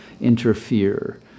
interfere